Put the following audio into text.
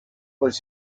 was